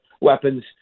weapons